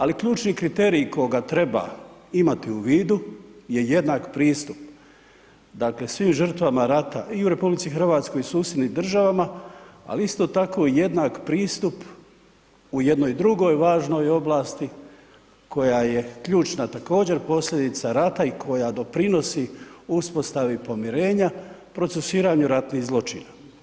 Ali ključni kriterij koga treba imati u vidu je jednak pristup dakle svim žrtvama rata i u Republici Hrvatskoj i u susjednim državama, ali isto tako jednak pristup u jednoj drugoj važnoj oblasti koja je ključna također posljedica rata i koja doprinosi uspostavi pomirenja procesuiranje ratnih zločina.